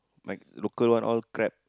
Mike local one all crap